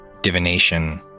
divination